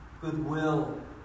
goodwill